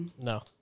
no